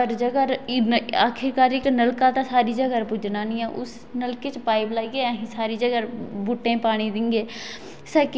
योगा नेई करगे ते कम्म खराब होई सकदा जियां केह् अज्जकल दे बच्चे न जेह्ड़े मैगी खंदा छड़ी मैगी खंदा मैगी कन्नै कक्ख नीं होंदा जियां मैगी च